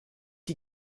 die